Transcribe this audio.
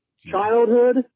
childhood